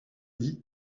dit